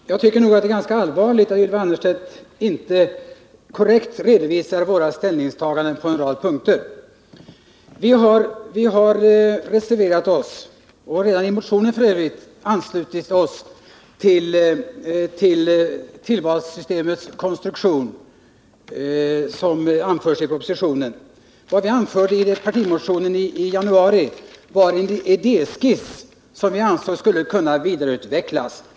Herr talman! För det första tycker jag att det är ganska allvarligt att Ylva Annerstedt inte korrekt redovisat våra ställningstaganden på en rad punkter. Vi har reserverat oss och f.ö. redan i partimotionen anslutit oss till tillvalssystemets konstruktion, som anförs i propositionen. Vad vi anförde i propositionen i januari var en idéskiss som vi ansåg skulle kunna vidareutvecklas.